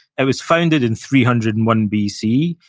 it was founded in three hundred and one b c.